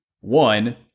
One